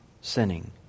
sinning